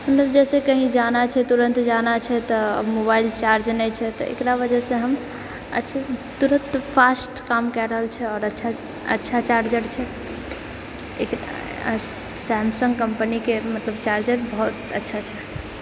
मतलब कही जाना छै तुरन्त जाना छै तऽ मोबाइल चार्ज नहि छै तऽ एकरा वजहसँ हम अच्छेसे तुरत फास्ट काम कए रहल छै आओर अच्छा अच्छा चार्जर छै सैमसङ्ग कम्पनीके मतलब चार्जर बहुत अच्छा छै